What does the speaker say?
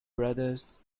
brothers